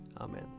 Amen